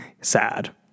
sad